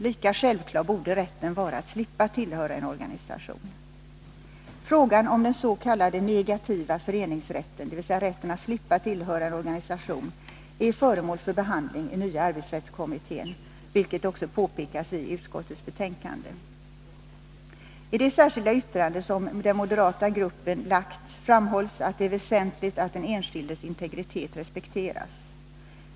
Lika självklar borde rätten vara att slippa tillhöra en organisation. Frågan om dens.k. negativa föreningsrätten, dvs. rätten att slippa tillhöra en organisation, är föremål för behandling i den nya arbetsrättskommittén, vilket också påpekas i utskottets betänkande. I det särskilda yttrande som den moderata gruppen framlagt framhålls att det är väsentligt att den enskildes integritet respekteras.